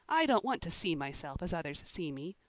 i don't want to see myself as others see me.